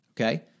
okay